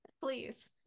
Please